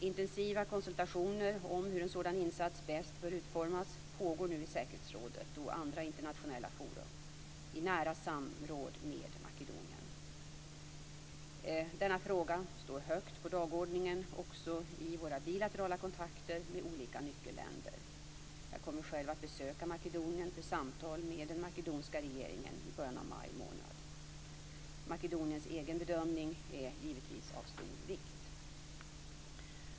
Intensiva konsultationer om hur en sådan insats bäst bör utformas pågår nu i säkerhetsrådet och andra internationella forum, i nära samråd med Makedonien. Denna fråga står högt på dagordningen också i våra bilaterala kontakter med olika nyckelländer. Jag kommer själv att besöka Makedonien för samtal med den makedoniska regeringen i början av maj månad. Makedoniens egen bedömning är givetvis av stor vikt.